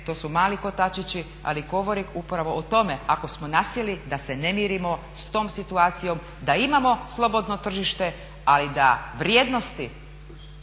to su mali kotačići ali govore upravo o tome ako smo nasjeli da se ne mirimo s tom situacijom da imamo slobodno tržište ali da vrijednosti